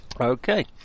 Okay